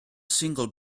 single